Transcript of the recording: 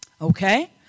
Okay